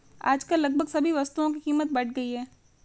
आजकल लगभग सभी वस्तुओं की कीमत बढ़ गई है